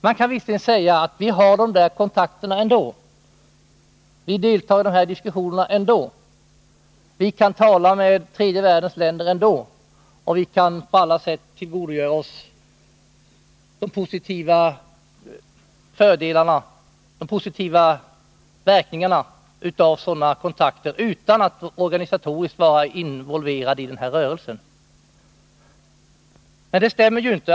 Man kan visserligen säga att vi har de där kontakterna och deltar i diskussionen ändå — vi kan tala med tredje världens länder ändå, och vi kan på alla sätt tillgodogöra oss de positiva verkningarna av sådana kontakter utan att organisatoriskt vara involverad i den här rörelsen. Men det stämmer ju inte!